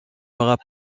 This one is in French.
aurait